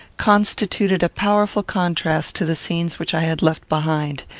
constituted a powerful contrast to the scenes which i had left behind,